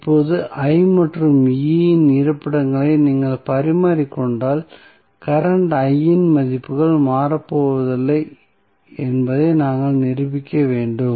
இப்போது I மற்றும் E இன் இருப்பிடங்களை நீங்கள் பரிமாறிக்கொண்டால் கரண்ட் I இன் மதிப்புகள் மாறப்போவதில்லை என்பதை நாங்கள் நிரூபிக்க வேண்டும்